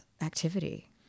activity